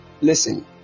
Listen